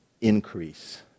increase